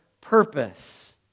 purpose